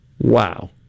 Wow